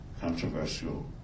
controversial